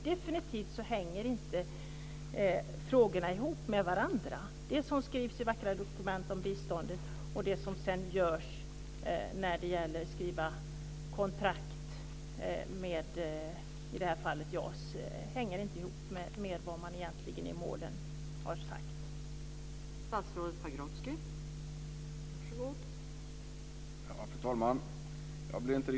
Det här hänger definitivt inte ihop, alltså det som skrivs i vackra dokument om biståndet och det som sedan görs när det gäller att skriva kontrakt om i det här fallet JAS. Det hänger inte ihop med vad man egentligen har sagt om målen.